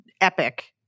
epic